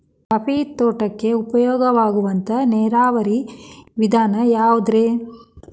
Coffee ತೋಟಕ್ಕ ಉಪಾಯ ಆಗುವಂತ ನೇರಾವರಿ ವಿಧಾನ ಯಾವುದ್ರೇ?